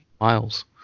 Miles